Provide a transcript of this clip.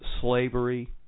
slavery